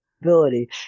ability